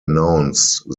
announced